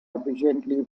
efficiently